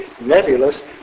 nebulous